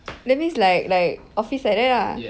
that means like like office like that ah